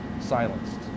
silenced